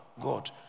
God